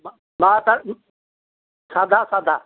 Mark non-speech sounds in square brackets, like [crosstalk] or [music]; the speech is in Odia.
ମା [unintelligible] ସାଧା ସାଧା